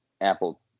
Apple